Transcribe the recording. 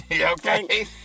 Okay